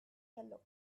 yellow